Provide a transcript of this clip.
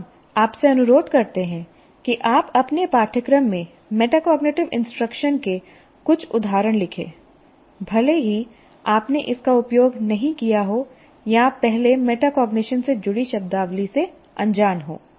हम आपसे अनुरोध करते हैं कि आप अपने पाठ्यक्रम में मेटाकॉग्निटिव इंस्ट्रक्शन के कुछ उदाहरण लिखें भले ही आपने इसका उपयोग नहीं किया हो या आप पहले मेटाकॉग्निशन से जुड़ी शब्दावली से अनजान हों